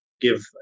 give